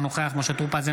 אינו נוכח משה טור פז,